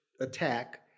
attack